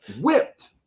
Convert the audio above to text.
whipped